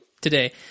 today